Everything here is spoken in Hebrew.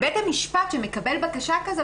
בית המשפט שמקבל בקשה כזאת,